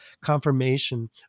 confirmation